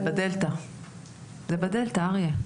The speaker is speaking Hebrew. זה בדלתא, אריה.